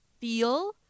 feel